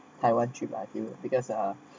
taiwan trip lah I feel because uh